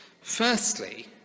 Firstly